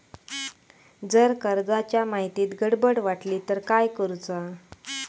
जर कर्जाच्या माहितीत गडबड वाटली तर काय करुचा?